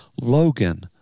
Logan